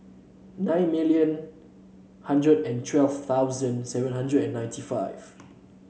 nine million hundred and twelve thousand seven hundred and ninety five